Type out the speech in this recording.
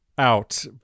Out